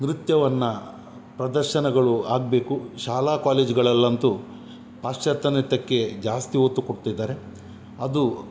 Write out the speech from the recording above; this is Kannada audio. ನೃತ್ಯವನ್ನು ಪ್ರದರ್ಶನಗಳು ಆಗಬೇಕು ಶಾಲಾ ಕಾಲೇಜುಗಳಲ್ಲಿ ಅಂತು ಪಾಶ್ಯಾತ್ಯ ನೃತ್ಯಕ್ಕೆ ಜಾಸ್ತಿ ಒತ್ತು ಕೊಡ್ತಾ ಇದ್ದಾರೆ ಅದು